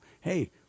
hey